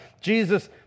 Jesus